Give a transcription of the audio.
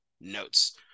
notes